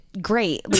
great